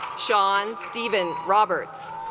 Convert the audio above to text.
shawn stephen robert